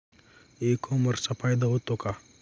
E कॉमर्सचा फायदा होतो का?